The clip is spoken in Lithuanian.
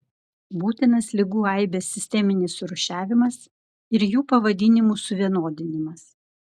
būtinas ligų aibės sisteminis surūšiavimas ir jų pavadinimų suvienodinimas